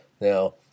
now